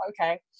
okay